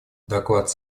доклад